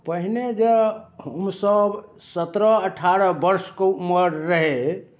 पहिने जे हमसभ सत्रह अठारह वर्षके उमर रहय